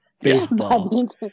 baseball